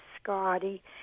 Scotty